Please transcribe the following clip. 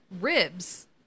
ribs